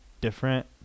different